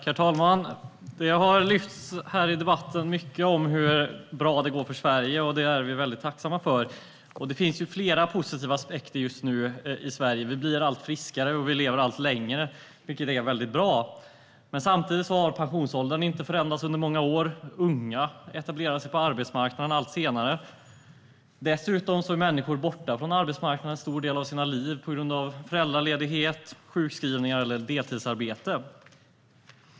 Herr talman! Det har sagts mycket i debatten om hur bra det går för Sverige, och det är vi tacksamma för. Det finns mycket som är positivt i Sverige. Vi blir allt friskare och lever allt längre. Men samtidigt har pensionsåldern inte ändrats på många år, och unga etablerar sig på arbetsmarknaden allt senare. Dessutom är människor borta från arbetsmarknaden under en stor del av sina liv på grund av föräldraledighet, sjukskrivning eller deltidsarbete.